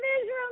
Israel